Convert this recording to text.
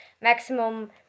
maximum